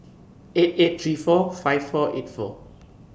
eight eight three four five four eight four